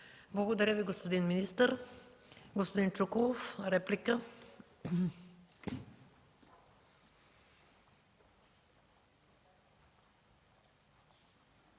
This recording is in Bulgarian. Благодаря Ви, господин министър. Господин Чуколов – реплика.